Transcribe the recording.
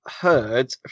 heard